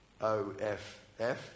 O-F-F